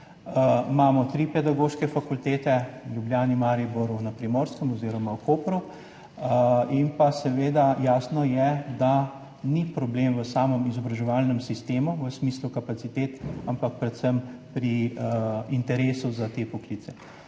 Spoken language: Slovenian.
Imamo tri pedagoške fakultete, v Ljubljani, Mariboru, na Primorskem oziroma v Kopru, in jasno je, da ni problem v samem izobraževalnem sistemu v smislu kapacitet, ampak predvsem pri interesu za te poklice.